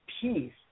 peace